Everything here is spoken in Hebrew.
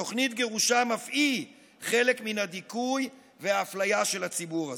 ותוכנית גירושם אף היא חלק מן הדיכוי והאפליה של הציבור הזה.